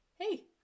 hey